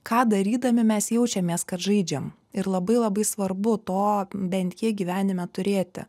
ką darydami mes jaučiamės kad žaidžiam ir labai labai svarbu to bent kiek gyvenime turėti